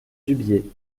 dubié